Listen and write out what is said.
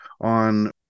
on